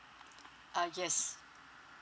uh yes